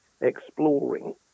exploring